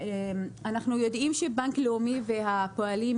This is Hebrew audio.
אנחנו יודעים שרמת הפעילות של בנק לאומי ובנק הפועלים